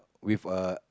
with a